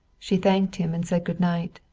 she thanked him and said good night,